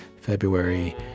february